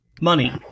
money